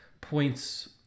points